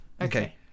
Okay